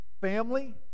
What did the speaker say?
family